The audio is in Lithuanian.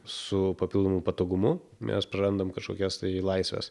su papildomu patogumu mes prarandam kažkokias tai laisves